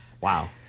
Wow